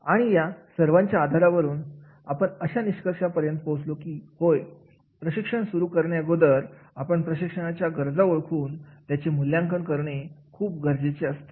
आणि या सर्वांच्या आधारावरून आपण अशा निष्कर्षापर्यंत पोहोचलो की होय प्रशिक्षण सुरू करणे अगोदर आपण प्रशिक्षणाच्या गरजा ओळखून त्याचे मूल्यांकन करणे खूप गरजेचे असते